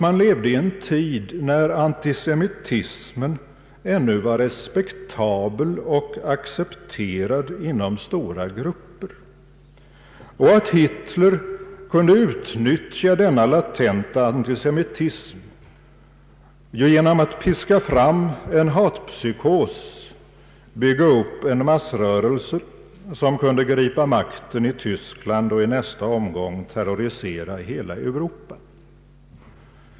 Man levde i en tid när antisemitismen ännu var respektabel och accepterad inom stora grupper. Hitler kunde utnyttja denna latenta antisemitism genom att piska fram en hatpsykos, bygga upp en massrörelse som kunde gripa makten i Tyskland och i nästa omgång terrorisera hela Europa.